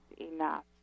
enough